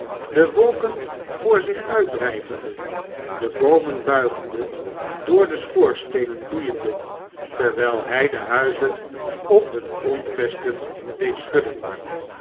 de wolken voor zich uitdryvende de boomen buigende door de schoorsteenen loeiende terwyl hy de huizen op hun grondvesten deed schudden